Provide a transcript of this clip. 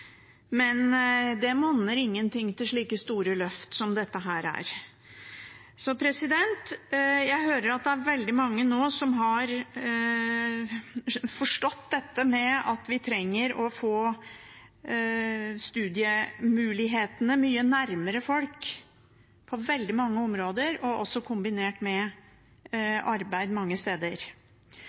men det monner ingen ting til slike store løft som dette er. Jeg hører at det nå er veldig mange som har forstått at vi trenger å få studiemulighetene mye nærmere folk – på veldig mange områder og også kombinert med arbeid mange steder.